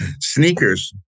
Sneakers